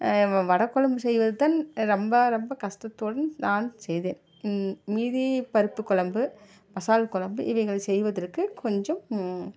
வடை குழம்பு செய்வதுதான் ரொம்ப ரொம்ப கஷ்டத்துடன் நான் செய்தேன் மீதி பருப்பு குழம்பு மசால் குழம்பு இவைகள் செய்வதற்கு கொஞ்சம்